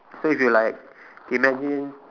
so if you like imagine